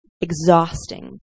exhausting